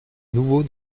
nouveau